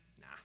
Nah